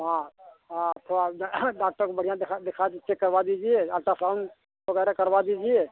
हाँ हाँ तो डॉक्टर को बढ़िया दिखा दिखा कर चेक करवा दीजिए अल्ट्रासाउंड वग़ैरह करवा दीजिए